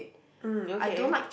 mm okay